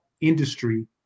industry